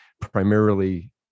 primarily